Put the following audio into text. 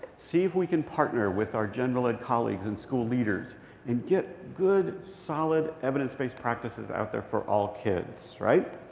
see if we can partner with our general ed colleagues and school leaders and get good, solid, evidence-based practices out there for all kids, right?